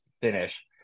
finish